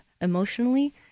emotionally